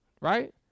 right